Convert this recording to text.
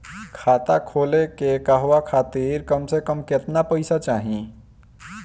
खाता खोले के कहवा खातिर कम से कम केतना पइसा चाहीं?